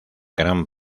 gran